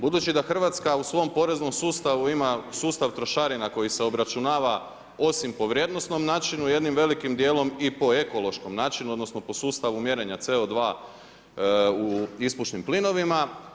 Budući da Hrvatska u svom poreznom sustavu ima sustav trošarina koji se obračunava osim po vrijednosnom načinu jednim velikim dijelom i po ekološkom načinu odnosno po sustavu mjerenja CO2 u ispušnim plinovima.